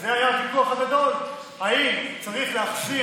וזה היה הוויכוח הגדול: האם צריך להחזיר